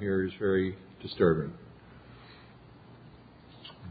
here is very disturbing